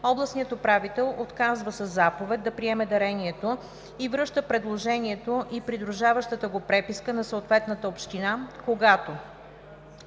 Областният управител отказва със заповед да приеме дарението и връща предложението и придружаващата го преписка на съответната община, когато: